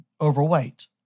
overweight